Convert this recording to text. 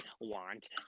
want